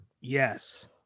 Yes